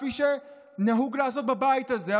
כפי שנהוג לעשות בבית הזה?